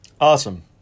Awesome